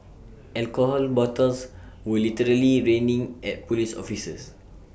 alcohol bottles were literally raining at Police officers